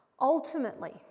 Ultimately